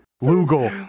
Lugal